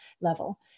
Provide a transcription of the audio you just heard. level